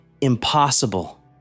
impossible